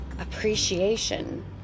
Appreciation